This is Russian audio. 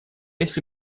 если